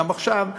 גם עכשיו,